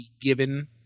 given